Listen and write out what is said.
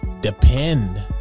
Depend